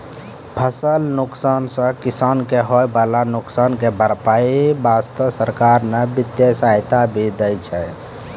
फसल नुकसान सॅ किसान कॅ होय वाला नुकसान के भरपाई वास्तॅ सरकार न वित्तीय सहायता भी दै छै